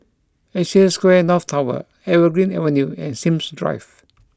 Asia Square North Tower Evergreen Avenue and Sims Drive